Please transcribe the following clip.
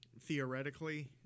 Theoretically